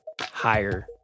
Higher